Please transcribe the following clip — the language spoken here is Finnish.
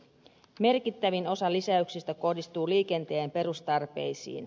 merkittävin osa lisäyksistä kohdistuu liikenteen perustarpeisiin